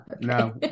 no